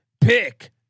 Pick